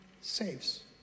saves